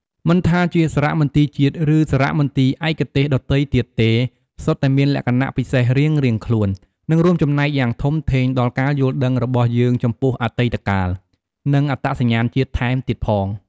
មិនថាជាសារមន្ទីរជាតិ ឬសារមន្ទីរឯកទេសដទៃទៀតទេ សុទ្ធតែមានលក្ខណៈពិសេសរៀងៗខ្លួន និងរួមចំណែកយ៉ាងធំធេងដល់ការយល់ដឹងរបស់យើងចំពោះអតីតកាល និងអត្តសញ្ញាណជាតិថែមទៀតផង។